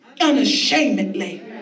unashamedly